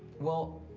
well,